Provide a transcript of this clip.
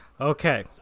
Okay